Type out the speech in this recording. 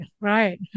right